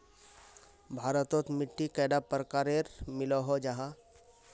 भारत तोत मिट्टी कैडा प्रकारेर मिलोहो जाहा?